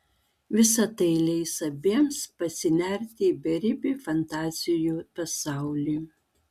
visa tai leis abiems pasinerti į beribį fantazijų pasaulį